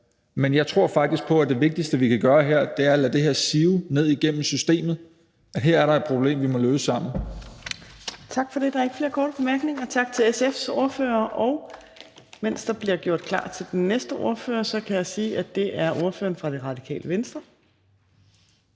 Men jeg tror faktisk på, at det vigtigste, vi kan gøre her, er at lade det her sive ned igennem systemet, at der her er et problem, vi må løse sammen.